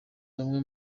bamwe